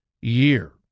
year